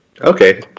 Okay